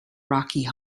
rocky